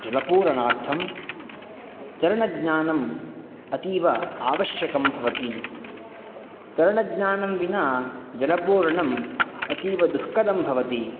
जलपूरणार्थं तरणज्ञानम् अतीव आवश्यकं भवति तरणज्ञानं विना जलपूरणं अतीवदुःखदं भवति